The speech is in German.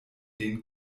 den